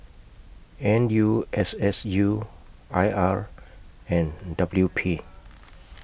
N U S S U I R and W P